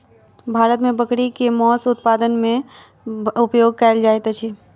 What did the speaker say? भारत मे बकरी के मौस उत्पादन मे उपयोग कयल जाइत अछि